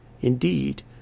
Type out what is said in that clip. Indeed